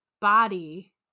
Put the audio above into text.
body